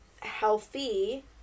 healthy